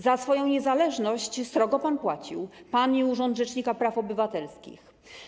Za swoją niezależność srogo pan płacił, pan i urząd rzecznika praw obywatelskich.